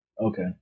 Okay